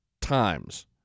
times